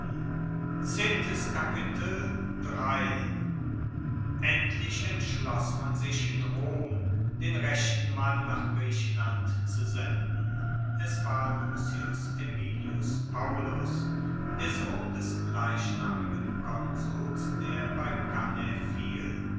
endlich entschloss man sich in rom den rechten mann nach griechenland zu senden es war lucius aemilius paullus der sohn des gleichnamigen konsuls der bei cannae fiel